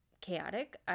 chaotic